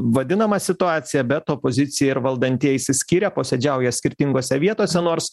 vadinama situacija bet opozicija ir valdantieji išsiskyrę posėdžiauja skirtingose vietose nors